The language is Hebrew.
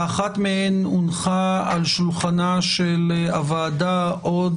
האחת מהן הונחה על שולחנה של הוועדה עוד